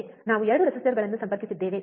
ನಾವು 2 ರೆಸಿಸ್ಟರ್ಗಳನ್ನು ಸಂಪರ್ಕಿಸಿದ್ದೇವೆ ಸರಿ